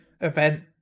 event